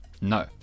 No